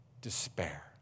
despair